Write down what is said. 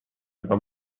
juba